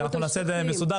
אנחנו נעשה את זה מסודר,